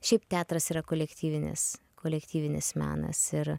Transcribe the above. šiaip teatras yra kolektyvinis kolektyvinis menas ir